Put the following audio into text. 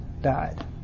died